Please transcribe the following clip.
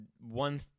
one